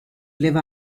live